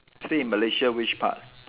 stay in Malaysia which part